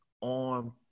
on